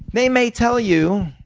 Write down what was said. they may tell you,